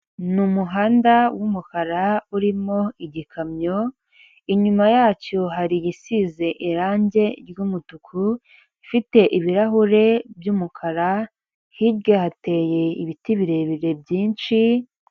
Ni umuhanda w'umukara urimo igikamyo, inyuma yacyo hari isize irangi ry'umutuku ifite ibirahure by'umukara hirya hateye ibiti birebire byinshi.